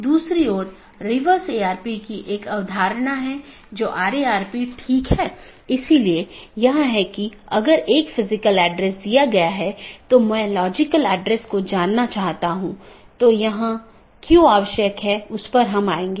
अब ऑटॉनमस सिस्टमों के बीच के लिए हमारे पास EBGP नामक प्रोटोकॉल है या ऑटॉनमस सिस्टमों के अन्दर के लिए हमारे पास IBGP प्रोटोकॉल है अब हम कुछ घटकों को देखें